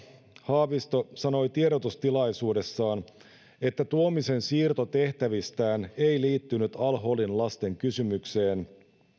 haavisto sanoi tiedotustilaisuudessaan että tuomisen siirto tehtävistään ei liittynyt al holin lasten kysymykseen